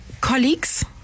Colleagues